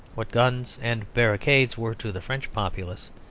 what guns and barricades were to the french populace,